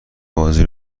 بازی